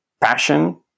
passion